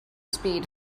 speed